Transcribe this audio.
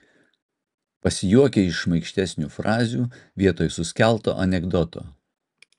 pasijuokia iš šmaikštesnių frazių vietoj suskelto anekdoto